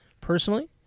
personally